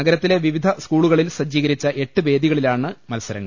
നഗരത്തിലെ വിവിന സ്കൂളുകളിൽ സജ്ജീകരിച്ച എട്ടു വേദികളിലാണ് മത്സരങ്ങൾ